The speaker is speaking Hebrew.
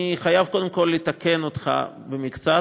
אני חייב קודם כול לתקן אותך במקצת,